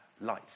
light